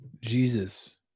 Jesus